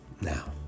Now